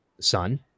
son